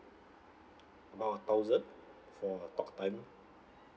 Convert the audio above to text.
about a thousand for uh talktime